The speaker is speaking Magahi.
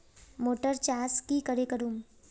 मोटर चास की करे करूम?